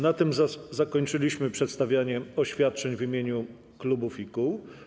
Na tym zakończyliśmy przedstawianie oświadczeń w imieniu klubów i kół.